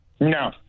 No